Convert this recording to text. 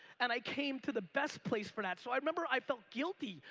and i came to the best place for that. so i remember i felt guilty.